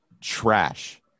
Trash